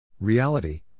reality